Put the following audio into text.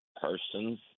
persons